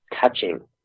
touching